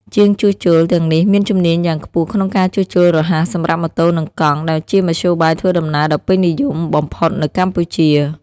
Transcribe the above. ជាងជួសជុលទាំងនេះមានជំនាញយ៉ាងខ្ពស់ក្នុងការជួសជុលរហ័សសម្រាប់ម៉ូតូនិងកង់ដែលជាមធ្យោបាយធ្វើដំណើរដ៏ពេញនិយមបំផុតនៅកម្ពុជា។